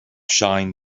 shine